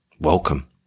welcome